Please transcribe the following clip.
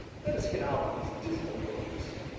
let us get out of these dismal woods.